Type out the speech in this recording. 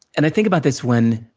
and, i think about this when